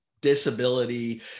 disability